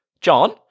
John